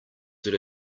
did